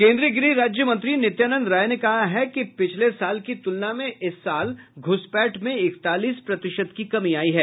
केन्द्रीय गृह राज्य मंत्री नित्यानंद राय ने कहा है कि पिछले साल की तूलना में इस साल घुसपैठ में इकतालीस प्रतिशत की कमी आयी है